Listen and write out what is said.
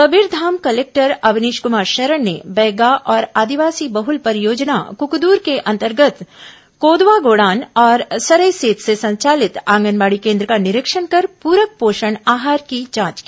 Kabirdham collector Avnish Kumar Sharan ने बैगा और आदिवासी बहुल परियोजना कुकदूर के अंतर्गत कोदवागोड़ान और सरईसेत में संचालित आंगनबाड़ी केन्द्र का निरीक्षण कर पूरक पोषण आहार की जांच की